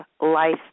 life